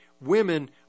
women